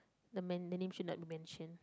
the man the name she like to mention